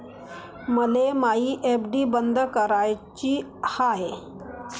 मले मायी एफ.डी बंद कराची हाय